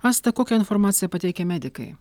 asta kokią informaciją pateikia medikai